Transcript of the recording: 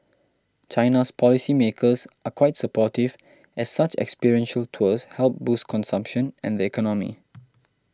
China's policy makers are quite supportive as such experiential tours help boost consumption and the economy